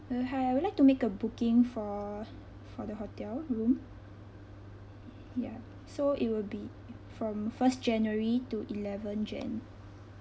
uh hi I would like to make a booking for for the hotel room ya so it will be from first january to eleven jan